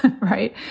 right